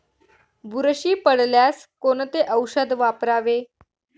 बुरशी पडल्यास कोणते औषध वापरावे?